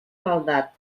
maldat